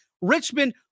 Richmond